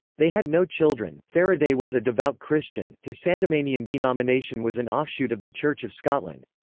they had no children faraday was a devout christian his sandemanian denomination was an offshoot of the church of scotland.